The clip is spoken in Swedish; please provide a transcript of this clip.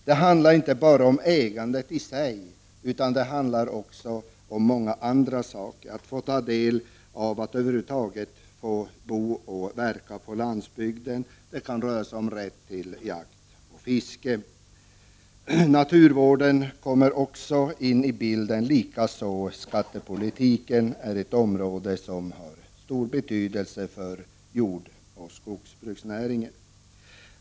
Det handlar inte bara om ägandet i sig, utan om många andra aspekter t.ex. att över huvud taget få bo och verka på landsbygden. Det kan röra sig om rätt till jakt och fiske. Naturvården kommer också in i bilden. Skattepolitiken är ett annat område som har stor betydelse för jordoch skogsbruksnäringen.